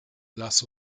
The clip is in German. lass